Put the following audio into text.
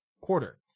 quarter